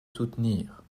soutenir